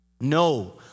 No